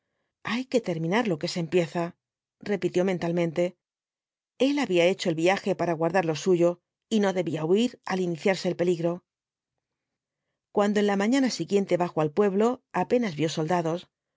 hay que terminar lo que se empieza repitió mentalmente el había hecho el viaje para guardar lo suyo y no debía huir al iniciarse el peligro cuando en la mañana siguiente bajó al pueblo apenas vio soldados